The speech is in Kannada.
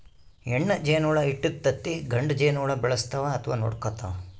ಹೆಣ್ಣ್ ಜೇನಹುಳ ಇಟ್ಟಿದ್ದ್ ತತ್ತಿ ಗಂಡ ಜೇನಹುಳ ಬೆಳೆಸ್ತಾವ್ ಅಥವಾ ನೋಡ್ಕೊತಾವ್